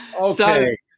okay